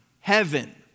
heaven